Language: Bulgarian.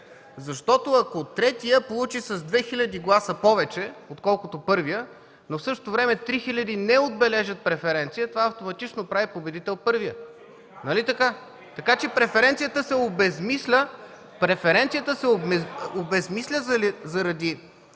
защото, ако третият получи с 2000 гласа повече, отколкото първия, но в същото време 3000 не отбележат преференция, това автоматично прави победител първия. Нали така? (Шум и реплики от ДПС.) Така че преференцията се обезсмисля заради